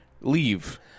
leave